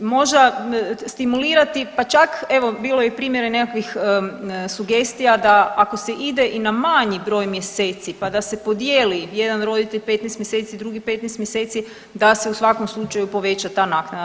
Možda stimulirati, pa čak evo bilo je i primjera i nekakvih sugestija da ako se ide i na manji broj mjeseci, pa da se podijeli jedan roditelj 15 mjeseci, drugi 15 mjeseci, da se u svakom slučaju poveća ta naknada.